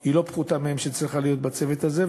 היא לא פחותה מהם והיא צריכה להיות בצוות הזה.